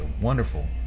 wonderful